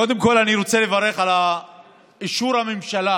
קודם כול אני רוצה לברך על אישור הממשלה